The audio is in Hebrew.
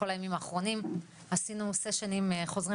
בכל הימים האחרונים עשינו סשנים חוזרים